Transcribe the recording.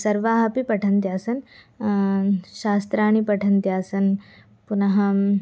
सर्वाः अपि पठन्त्यासन् शास्त्राणि पठन्त्यासन् पुनः